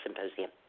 symposium